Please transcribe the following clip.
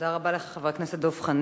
תודה רבה לך, חבר הכנסת דב חנין.